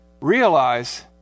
realize